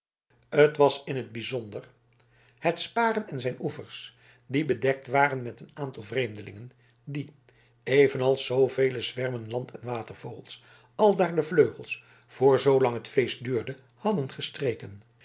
het was in t bijzonder het sparen en zijn oevers die bedekt waren met een aantal vreemdelingen die evenals zoovele zwermen landen watervogels aldaar de vleugels voor zoolang het feest duurde hadden gestreken